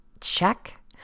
Check